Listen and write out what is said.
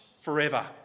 forever